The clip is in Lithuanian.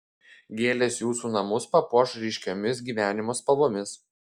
gėlės jūsų namus papuoš ryškiomis gyvenimo spalvomis